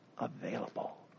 available